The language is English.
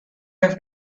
have